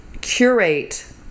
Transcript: curate